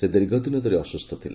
ସେ ଦୀର୍ଘଦିନ ଧରି ଅସ୍ସ୍ସ ଥିଲେ